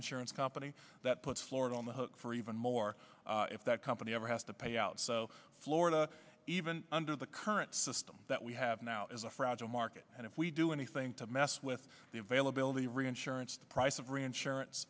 insurance company that puts florida on the hook for even more if that company ever has to pay out so florida even under the current system that we have now is a fragile market and if we do anything to mess with the availability reinsurance price of reinsurance